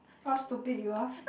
how stupid you are